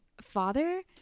father